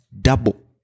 double